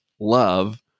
love